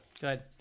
Good